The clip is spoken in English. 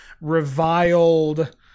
reviled